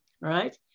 right